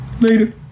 later